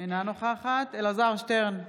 אינה נוכחת אלעזר שטרן,